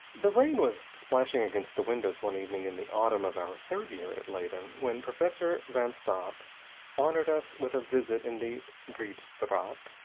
the rain was splashing against the windows one evening in the autumn of our third year at leyden, when professor van stopp honored us with a visit in the breede straat.